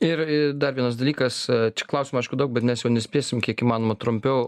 ir dar vienas dalykas čia klausimų aišku daug bet mes jau nespėsim kiek įmanoma trumpiau